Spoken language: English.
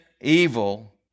evil